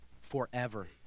Forever